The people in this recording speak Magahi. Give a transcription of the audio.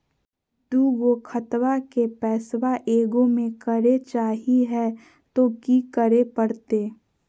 दू गो खतवा के पैसवा ए गो मे करे चाही हय तो कि करे परते?